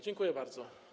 Dziękuję bardzo.